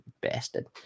bastard